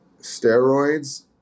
steroids